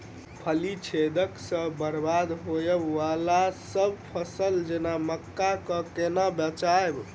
फली छेदक सँ बरबाद होबय वलासभ फसल जेना मक्का कऽ केना बचयब?